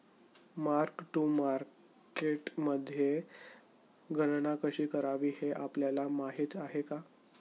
Mark to मार्केटमध्ये गणना कशी करावी हे आपल्याला माहित आहे का?